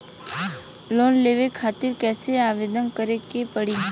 Loan लेवे खातिर कइसे आवेदन करें के पड़ी?